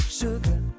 sugar